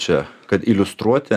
čia kad iliustruoti